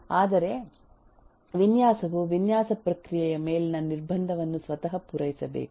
ಆದರೆ ವಿನ್ಯಾಸವು ವಿನ್ಯಾಸ ಪ್ರಕ್ರಿಯೆಯ ಮೇಲಿನ ನಿರ್ಬಂಧವನ್ನು ಸ್ವತಃ ಪೂರೈಸಬೇಕು